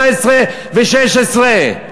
18 ו-16?